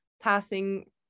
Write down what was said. passing